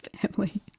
family